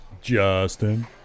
Justin